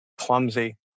clumsy